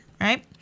right